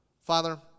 Father